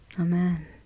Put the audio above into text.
Amen